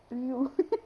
!aiyo!